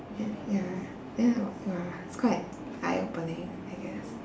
then ya then !wah! it's quite eye-opening I guess